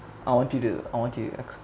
I want you to I want you